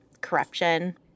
corruption